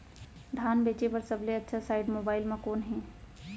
धान बेचे बर सबले अच्छा साइट मोबाइल म कोन हे?